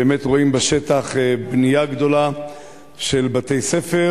באמת רואים בשטח בנייה גדולה של בתי-ספר